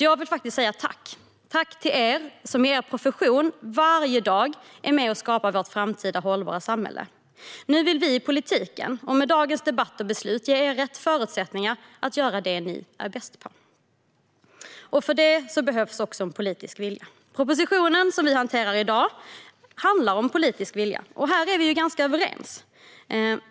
Jag vill därför säga tack till er som i er profession varje dag är med och skapar vårt framtida hållbara samhälle. Nu vill vi i politiken med dagens debatt och beslut ge er rätt förutsättningar att göra det ni är bäst på. För detta behövs politisk vilja. Propositionen, som vi hanterar i dag, handlar om politisk vilja. Och här är vi ganska överens.